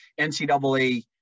NCAA